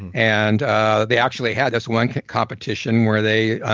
and ah they actually had this one competition where they